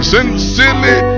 Sincerely